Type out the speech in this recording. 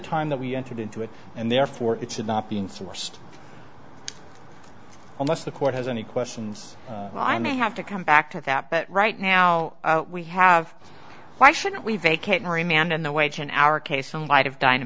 time that we entered into it and therefore it should not be in sourced unless the court has any questions i may have to come back to that but right now we have why shouldn't we vacate mery man and the wage in our case in light of